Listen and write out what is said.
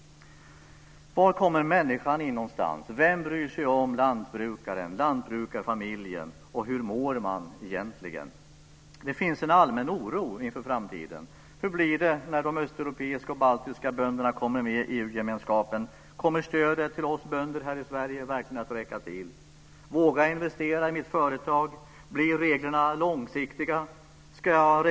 Var kommer människan in någonstans? Vem bryr sig om lantbrukaren - lantbrukarfamiljen? Hur mår man egentligen? Det finns en allmän oro inför framtiden. Hur blir det när de östeuropeiska och baltiska bönderna kommer med i EU-gemenskapen? Kommer stödet till oss bönder här i Sverige verkligen att räcka till? Vågar jag investera i mitt företag? Blir reglerna långsiktiga?